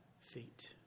feet